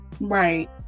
Right